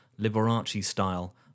Liberace-style